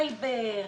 שמעתי סייבר.